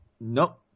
Nope